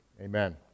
Amen